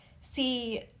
see